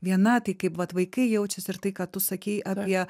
viena tai kaip vat vaikai jaučiasi ir tai ką tu sakei apie